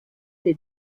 dei